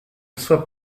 sois